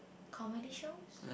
comedy shows